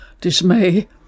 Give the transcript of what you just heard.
dismay